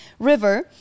river